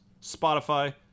Spotify